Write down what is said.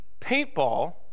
paintball